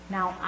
Now